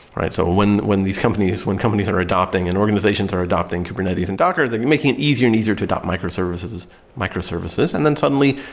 right? so when when these companies, when companies are adopting and organizations are adopting kubernetes and docker, they're making it easier and easier to adopt microservices as micro services. and then suddenly,